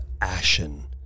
ashen